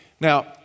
Now